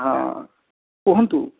ହଁ କୁହନ୍ତୁ